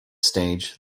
stage